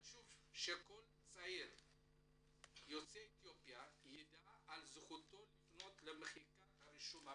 חשוב שכל צעיר יוצא אתיופיה יידע על זכותו לפנות למחיקת הרישום הפלילי.